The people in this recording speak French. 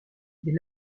des